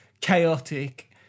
chaotic